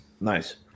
Nice